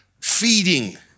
feeding